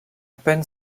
peine